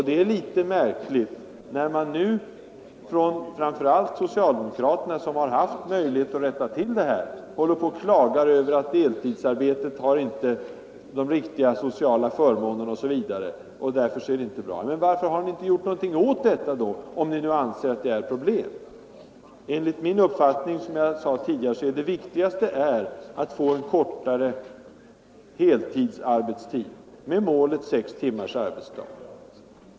Det är märkligt att socialdemokraterna, som har haft möjlighet att rätta till detta, nu klagar över att de deltidsarbetande inte har de riktiga sociala förmånerna och säger att deltidsarbete därför inte är bra. Varför har ni inte gjort någonting åt det, om ni nu anser att detta är ett problem? Enligt min uppfattning är, som jag sade tidigare, det viktigaste att få en kortare heltidsarbetstid med målet sex timmars arbetsdag.